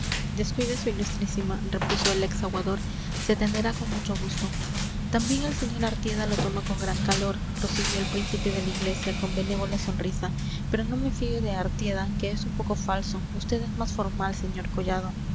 descuide su ilustrísima repuso el ex aguador se atenderá con mucho gusto también el sr artieda lo toma con gran calor prosiguió el príncipe de la iglesia con benévola sonrisa pero no me fío de artieda que es un poco falso vd es más formal sr collado